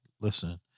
listen